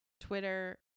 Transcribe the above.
twitter